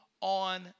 on